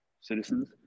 citizens